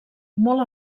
molt